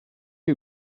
you